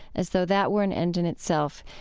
as though that were an end in itself,